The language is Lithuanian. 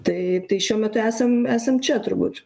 tai tai šiuo metu esam esam čia turbūt